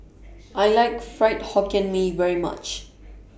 I like Fried Hokkien Mee very much